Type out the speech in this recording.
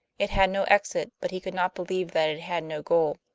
it had no exit, but he could not believe that it had no goal.